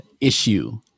issue